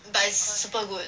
but it's super good